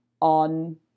on